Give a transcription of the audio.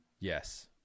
Yes